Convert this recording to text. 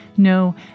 No